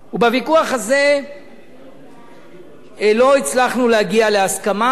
ובוויכוח הזה לא הצלחנו להגיע להסכמה,